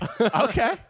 Okay